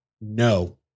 No